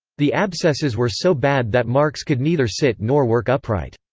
the abscesses were so bad that marx could neither sit nor work upright.